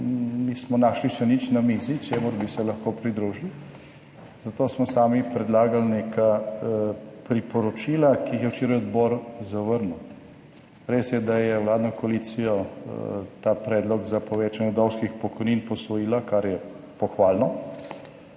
nismo našli še nič na mizi, čemur bi se lahko pridružili, zato smo sami predlagali neka priporočila, ki jih je včeraj odbor zavrnil. Res je, da je vladna koalicija ta predlog za povečanje vdovskih pokojnin posvojila, kar je pohvalno,